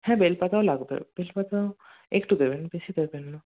হ্যাঁ বেলপাতাও লাগবে তুলসী পাতা একটু দেবেন বেশি দেবেন না